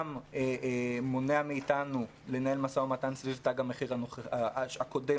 שמונע מאיתנו לנהל משא-ומתן סביב תג המחיר הקודם,